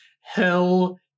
Hell